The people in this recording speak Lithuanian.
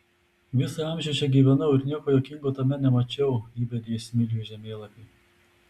visą amžių čia gyvenau ir nieko juokingo tame nemačiau įbedė jis smilių į žemėlapį